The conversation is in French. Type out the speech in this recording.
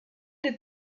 des